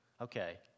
Okay